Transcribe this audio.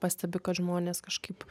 pastebi kad žmonės kažkaip